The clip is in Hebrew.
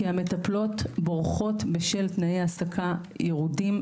כי המטפלות בורחות בשל תנאי העסקה ירודים,